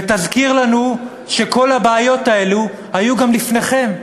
ותזכיר לנו שכל הבעיות האלה היו גם לפניכם?